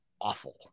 awful